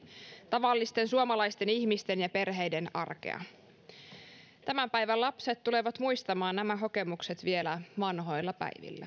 tavallisten suomalaisten ihmisten ja perheiden arkea tämän päivän lapset tulevat muistamaan nämä kokemukset vielä vanhoilla päivillään